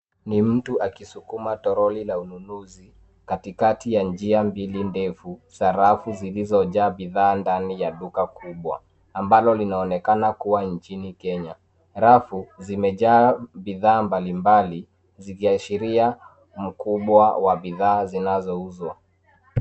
Ni mtu akisukuma tolori la ununuzi ,kati kati ya njia mbili ndefu .sarafu zilizojaa bidhaa ndani ya duka kubwa, ambalo linaonekana kuwa nchini Kenya .Rafu zimejaa bidhaa mbali mbali , zikiashiria ukubwa wa bidhaa zinazouzwa.